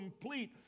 complete